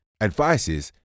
advises